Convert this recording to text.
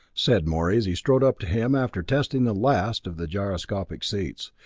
said morey as he strode up to him after testing the last of the gyroscopic seats,